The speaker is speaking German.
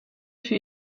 für